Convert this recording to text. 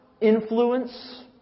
influence